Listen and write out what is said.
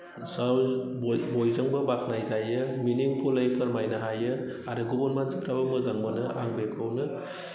ज' बयजोंबो बाख्नाय जायो मिनिंफुलै फोरमायनो हायो आरो गुबुन मानसिफ्राबो मोजां मोनो आं बेखौनो